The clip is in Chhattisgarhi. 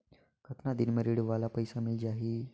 कतना दिन मे ऋण वाला पइसा मिल जाहि?